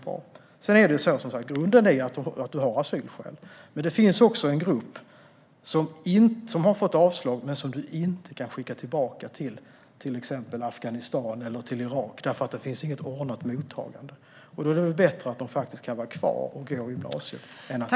Grunden är som sagt att man har asylskäl, men det finns också en grupp som har fått avslag och som man inte kan skicka tillbaka till exempelvis Afghanistan eller Irak därför att det inte finns något ordnat mottagande. Då är det bättre att de kan vara kvar och gå i gymnasiet.